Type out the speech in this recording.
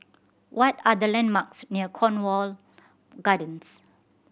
what are the landmarks near Cornwall Gardens